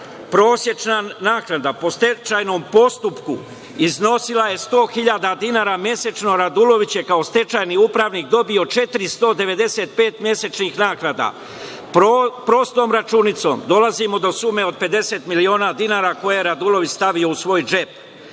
Prosečna naknada po stečajnom postupku iznosila je 100.000 dinara mesečno, a Radulović je kao stečajni upravnik dobio 495 mesečnih naknada. Prostom računicom, dolazimo do sume od 50 miliona dinara, koje je Radulović stavio u svoj džep. Od